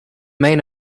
main